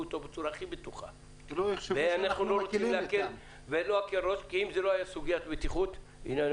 אותו בצורה הכי בטוחה כי אם זו לא הייתה סוגיית בטיחות והנה,